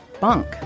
bunk